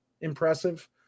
impressive